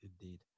indeed